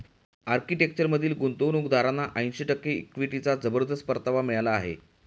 आर्किटेक्चरमधील गुंतवणूकदारांना ऐंशी टक्के इक्विटीचा जबरदस्त परतावा मिळाला आहे